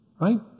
right